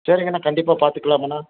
சரிங்கண்ணா கண்டிப்பாக பார்த்துக்கலாம்ண்ணா